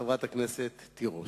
חברת הכנסת רונית תירוש.